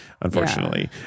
unfortunately